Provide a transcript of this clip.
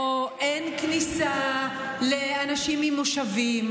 או אין כניסה לאנשים ממושבים,